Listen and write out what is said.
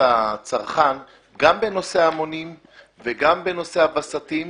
הצרכן גם בנושא המונים וגם בנושא הווסתים,